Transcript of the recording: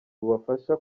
bubafasha